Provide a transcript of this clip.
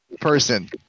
person